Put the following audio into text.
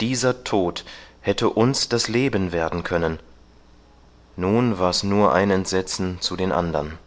dieser tod hätte uns das leben werden können nun war's nur ein entsetzen zu den andern